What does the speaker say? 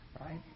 right